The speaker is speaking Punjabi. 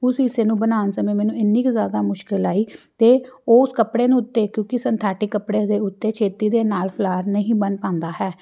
ਉਸ ਹਿੱਸੇ ਨੂੰ ਬਣਾਉਣ ਸਮੇਂ ਮੈਨੂੰ ਇੰਨੀ ਕੁ ਜ਼ਿਆਦਾ ਮੁਸ਼ਕਿਲ ਆਈ ਜ਼ਿਤੇ ਉਸ ਕੱਪੜੇ ਨੂੰ ਉੱਤੇ ਕਿਉਂਕਿ ਸਨਥੈਟਿਕ ਕੱਪੜੇ ਦੇ ਉੱਤੇ ਛੇਤੀ ਦੇ ਨਾਲ ਫਲਾਰ ਨਹੀਂ ਬਣ ਪਾਂਦਾ ਹੈ